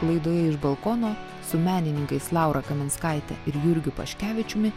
laidoje iš balkono su menininkais laura kaminskaite ir jurgiu paškevičiumi